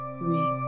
three